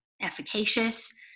efficacious